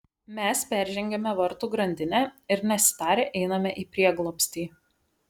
mes peržengiame vartų grandinę ir nesitarę einame į prieglobstį